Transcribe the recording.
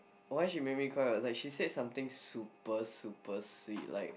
why she made me cry like she said somethings super super sweet like